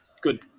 Good